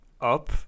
up